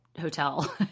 hotel